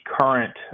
current